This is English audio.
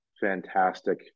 fantastic